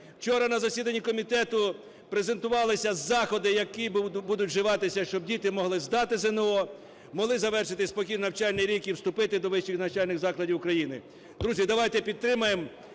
Вчора на засіданні комітету презентувалися заходи, які будуть вживатися, щоб діти могли здати ЗНО, могли завершити спокійно навчальний рік і вступити до вищих навчальних закладів України. Друзі, давайте підтримаємо.